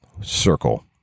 circle